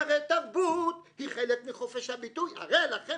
והרי תרבות היא חלק מחופש הביטוי הרי לכם,